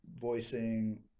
voicing